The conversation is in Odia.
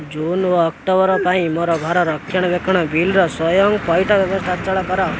ଜୁନ୍ ଓ ଅକ୍ଟୋବର୍ ପାଇଁ ମୋର ଘର ରକ୍ଷଣାବେକ୍ଷଣ ବିଲ୍ର ସ୍ଵୟଂ ପଇଠ ବ୍ୟବସ୍ଥା ଅଚଳ କର